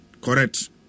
correct